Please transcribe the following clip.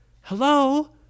hello